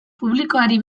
publikoari